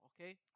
Okay